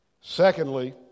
Secondly